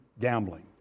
gambling